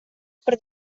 per